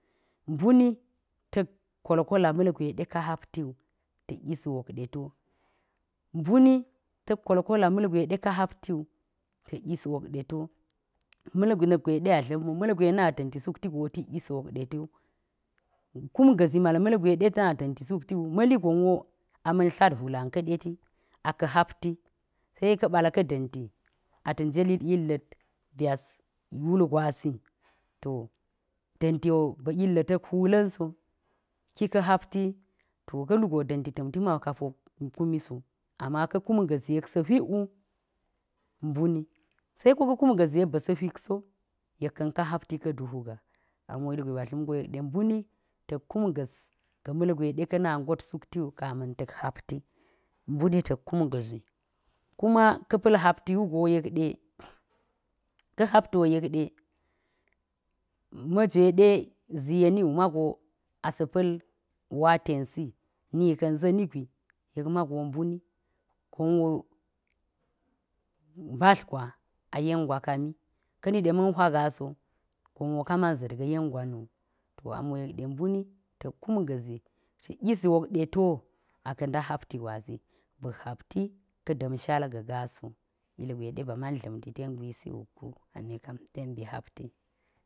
Mbuni tak kolkola ma̱lgwe ka hopti wu tas yis wok de tiwo mbuni tak kolkola malgwe kahatiwa ta̱s yis ma̱lgwe ka haptiwu. na̱k gwe de adla̱m wu malgwe na da̱nti suk ti go tik yis wok de tiwo. kum ga̱zi mdma̱l gwe detena dangi suk tiwu ma̱ligon wo a ma̱n tlat hwulan ke̱ti a hapti sekabel ka̱ dantiate̱ jelik yilla̱ byas wul ga̱wa si to da̱n tiwo ba̱lla̱ tak hwulanso ki ka̱ hapti ko ka̱lugo da̱nti tamti mago kapo kumiso ama ka kun ga̱zi yek sa hwikwu mbani seko ka kun ga̱zi yek ba̱ sa̱ hwik so yek ka̱n ka hapti ka dutu ga. A mo ilgwe ba dla̱mgo yek ɗe mbami tak kumgazatga̱ malgwe kana ngot suktiwu ka man tak hapti, mbuni tak kun ga̱zi, kuma ka̱ pa̱l hapti wu go yek di, ka̱ hapti woyek di majwe da ziryeni wu mago asapa̱l watesi, ni ka̱n ga̱ni gwi, yek ma̱go gonwo mbatl gwa yengwa kami kane de man hwa gaso kaman zit yen gwe nu, to amo yekde mbuni tak kum ga̱zi ta̱k yis wok de tiwo aka nda hapti gwasi ba̱k hapti ka da̱mshal ga̱ gaa so ilgwe de ba mandla̱ mti ten gwisi wuk gu amikan tu be hapti